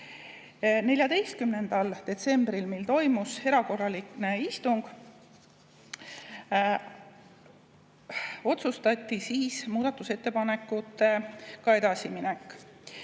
detsembril, mil toimus erakorraline istung, otsustati, kuidas muudatusettepanekutega edasi minna.